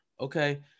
Okay